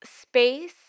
space